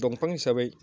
दंफां हिसाबै